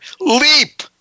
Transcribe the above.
Leap